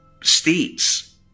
states